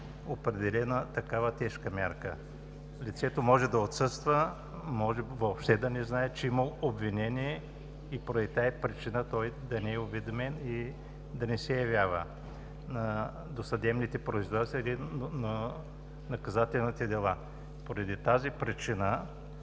определена такава тежка мярка. Лицето може да отсъства, може въобще да не знае, че има обвинение и поради тази причина да не е уведомено и да не се явява на досъдебните производства и наказателните дела. Поради тази причина